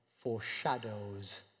foreshadows